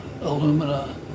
alumina